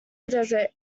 desert